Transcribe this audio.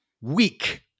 weak